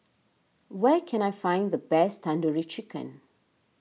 where can I find the best Tandoori Chicken